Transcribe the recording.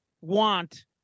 want